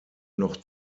noch